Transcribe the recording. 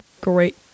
great